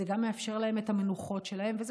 זה גם מאפשר להם את המנוחות שלהם וזה